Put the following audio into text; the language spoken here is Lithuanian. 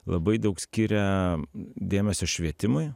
labai daug skiria dėmesio švietimui